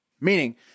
meaning